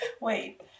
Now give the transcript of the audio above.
Wait